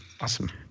Awesome